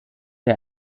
der